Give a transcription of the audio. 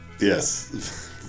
Yes